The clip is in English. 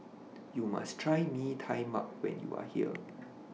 YOU must Try Mee Tai Mak when YOU Are here